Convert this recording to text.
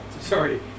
Sorry